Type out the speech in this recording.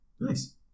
Nice